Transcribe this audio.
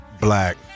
Black